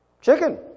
Chicken